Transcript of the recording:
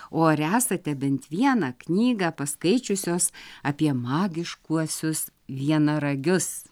o ar esate bent vieną knygą paskaičiusios apie magiškuosius vienaragius